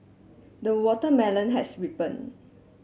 the watermelon has ripen